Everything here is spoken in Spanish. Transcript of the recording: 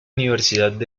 universidad